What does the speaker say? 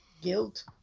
guilt